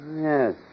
Yes